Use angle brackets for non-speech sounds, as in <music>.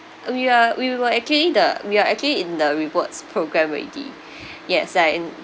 uh we're we were actually the we are actually in the rewards program already <breath> yes and